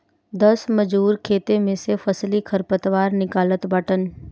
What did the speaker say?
दस मजूर खेते में से फसली खरपतवार निकालत बाटन